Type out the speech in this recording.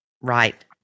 Right